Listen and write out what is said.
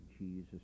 Jesus